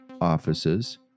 offices